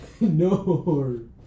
No